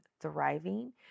thriving